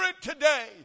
today